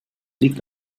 liegt